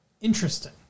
interesting